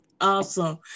Awesome